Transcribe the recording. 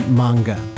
manga